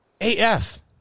AF